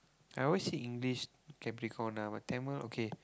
I always see English Capricorn ah but Tamil okay